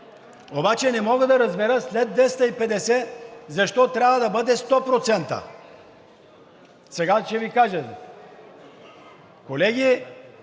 Обаче не мога да разбера след 250 защо трябва да бъде 100%? Сега ще Ви кажа. Колеги,